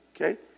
Okay